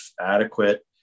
adequate